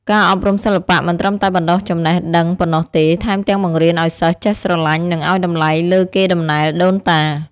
ការអប់រំសិល្បៈមិនត្រឹមតែបណ្តុះចំណេះដឹងប៉ុណ្ណោះទេ ថែមទាំងបង្រៀនឱ្យសិស្សចេះស្រឡាញ់ និងឱ្យតម្លៃលើកេរដំណែលដូនតា។